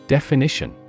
Definition